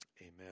amen